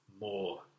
more